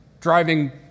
driving